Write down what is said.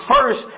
first